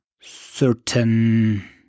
certain